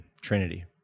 Trinity